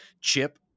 chip